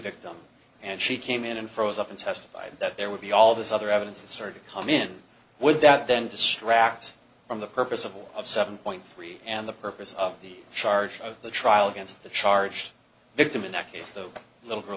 victim and she came in and froze up and testified that there would be all this other evidence starting come in would that then distract from the purpose of all of seven point three and the purpose of the charge of the trial against the charge victim in that case the little girl